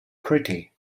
pretty